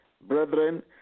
Brethren